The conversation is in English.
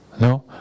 No